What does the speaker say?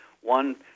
one